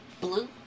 Blue